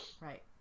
Right